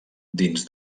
dins